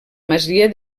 masia